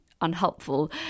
unhelpful